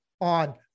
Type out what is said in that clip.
on